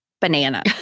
Banana